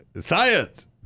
Science